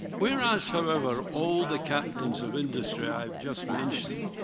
we're asked however, all the captains of industry i've just mentioned,